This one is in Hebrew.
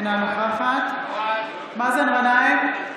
אינה נוכחת מאזן גנאים,